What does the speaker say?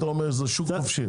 אתה אומר שזה שוק חופשי.